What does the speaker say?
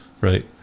right